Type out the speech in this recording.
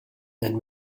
and